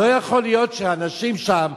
לא יכול להיות שהאנשים שם,